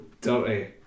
dirty